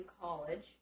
college